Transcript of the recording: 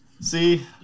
See